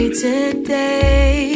today